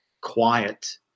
quiet